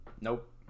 Nope